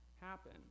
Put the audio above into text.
happen